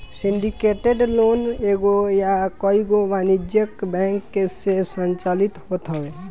syndicated loan एगो या कईगो वाणिज्यिक बैंक से संचालित होत हवे